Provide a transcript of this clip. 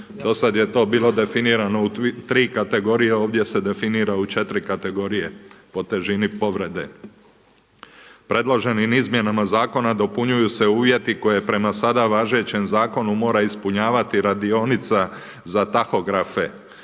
Do sada je to bilo definirano u tri kategorije, ovdje se definira u 4 kategorije po težini povrede. Predloženim izmjenama zakona dopunjuju se uvjeti koje prema sada važećem zakonu mora ispunjavati radionica za tahografe,